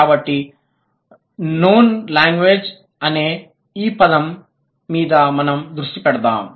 కాబట్టి known languages అనే ఈ పదం మీద మనం దృష్టి పెడదాం